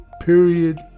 period